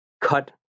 cut